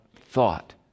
thought